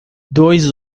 dois